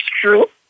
true